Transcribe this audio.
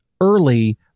early